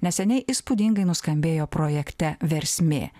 neseniai įspūdingai nuskambėjo projekte versmė